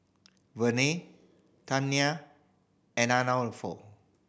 Vernelle Tamia and Arnulfo